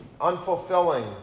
unfulfilling